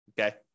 okay